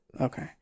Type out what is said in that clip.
Okay